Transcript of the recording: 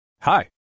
Hi